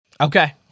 Okay